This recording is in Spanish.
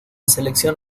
selección